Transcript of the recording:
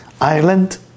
ireland